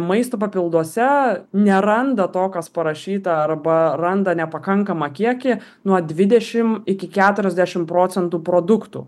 maisto papilduose neranda to kas parašyta arba randa nepakankamą kiekį nuo dvidešimt iki keturiasdešimt procentų produktų